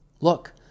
Look